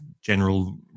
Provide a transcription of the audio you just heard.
general